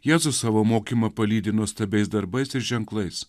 jėzus savo mokymą palydi nuostabiais darbais ir ženklais